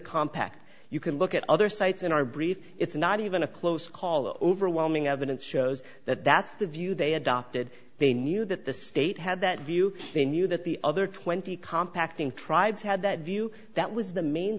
impact you can look at other sites in our brief it's not even a close call overwhelming evidence shows that that's the view they adopted they knew that the state had that view they knew that the other twenty contacting tribes had that view that was the main